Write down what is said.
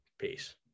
Peace